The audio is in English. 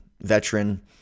veteran